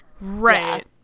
right